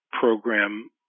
program